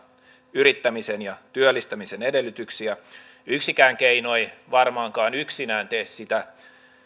yrittämisen ja työllistämisen edellytyksiä yksikään keino ei varmaankaan yksinään tee sitä